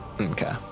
Okay